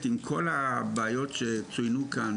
והאמת שעם כל הבעיות שצוינו כאן